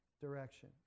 direction